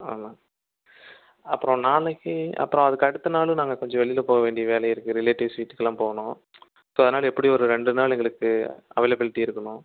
அவ்வளோதான் அப்புறம் நாளைக்கு அப்புறம் அதுக்கு அடுத்த நாள் நாங்கள் கொஞ்சம் வெளியில் போக வேண்டி வேலை இருக்குது ரிலேட்டிவ்ஸ் வீட்டுக்கெல்லாம் போகணும் ஸோ அதனால் எப்படியும் ஒரு ரெண்டு நாள் எங்களுக்கு அவைலபிளிட்டி இருக்கணும்